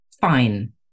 Fine